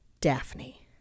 Daphne